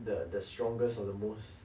the the strongest and the most